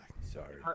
Sorry